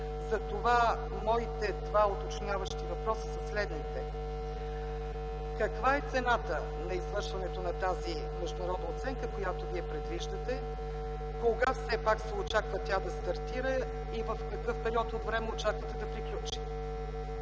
Затова моите два уточняващи въпроса са следните: Каква е цената на извършването на тази международна оценка, която Вие предвиждате? Кога все пак се очаква тя да стартира и в какъв период от време очаквате да приключи?